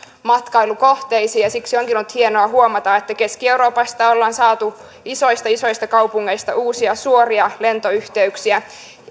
matkailukohteisiin siksi onkin ollut hienoa huomata että keski euroopasta ollaan saatu isoista isoista kaupungeista uusia suoria lentoyhteyksiä